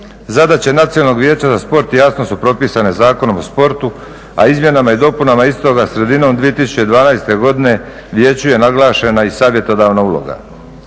Zadaće Nacionalnog vijeća za sport jasno su propisane Zakonom o sportu, a izmjenama i dopunama istoga sredinom 2012. godine vijeću je naglašena i savjetodavna uloga.